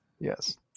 yes